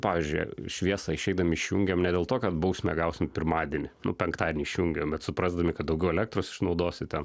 pavyzdžiui šviesą išeidami išjungiam ne dėl to kad bausmę gausim pirmadienį nu penktadienį išjungiam bet suprasdami kad daugiau elektros išnaudosi ten